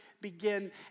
begin